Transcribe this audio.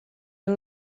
era